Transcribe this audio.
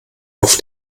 auf